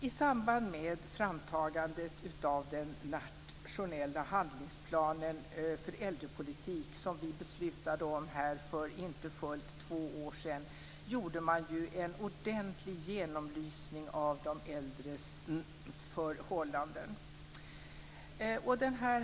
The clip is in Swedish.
I samband med framtagandet av den nationella handlingsplanen för äldrepolitik som vi beslutade om för inte fullt två år sedan gjorde man en ordentlig genomlysning av de äldres förhållanden.